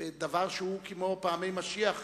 דבר שהוא כמו פעמי משיח,